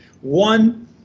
One